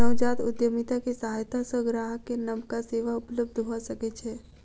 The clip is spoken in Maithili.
नवजात उद्यमिता के सहायता सॅ ग्राहक के नबका सेवा उपलब्ध भ सकै छै